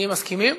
המציעים מסכימים?